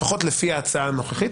לפחות לפי ההצעה הנוכחית,